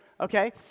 Okay